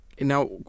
Now